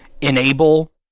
enable